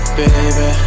baby